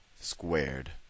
Squared